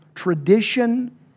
Tradition